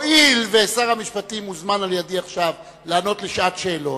הואיל ושר המשפטים הוזמן על-ידי עכשיו לענות לשעת שאלות,